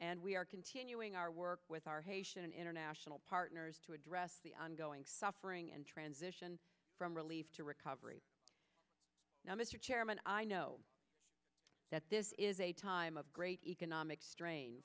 and we are continuing our work with our haitian and international partners to address the ongoing suffering and transition from relief to recovery now mr chairman i know that this is a time of great economic strain